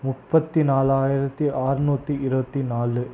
முப்பத்தி நாலாயிரத்தி ஆற்நூற்றி இருபத்தி நாலு